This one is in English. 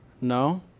No